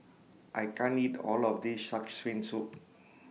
I can't eat All of This Shark's Fin Soup